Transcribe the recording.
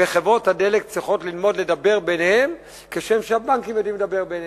וחברות הדלק צריכות ללמוד לדבר ביניהן כשם שהבנקים יודעים לדבר ביניהם,